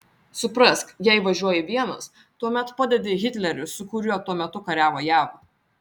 suprask jei važiuoji vienas tuomet padedi hitleriui su kuriuo tuo metu kariavo jav